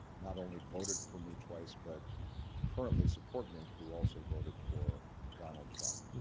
not only voted for me twice but currently support me who also voted for donald trump.